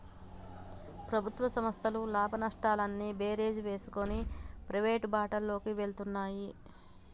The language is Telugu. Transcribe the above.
ప్రభుత్వ సంస్థల లాభనష్టాలు అన్నీ బేరీజు వేసుకొని ప్రైవేటు బాటలోకి వెళ్తున్నాయి